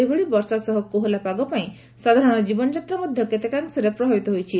ସେହିଭଳି ବର୍ଷା ସହ କୋହଲା ପାଗ ପାଇଁ ସାଧାରଣ ଜୀବନ ଯାତ୍ରା ମଧା କେତେକାଂଶରେ ପ୍ରଭାବିତ ହୋଇଛି